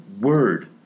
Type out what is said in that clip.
word